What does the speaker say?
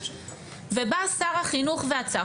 ובא שר החינוך ועצר.